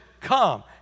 come